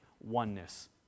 oneness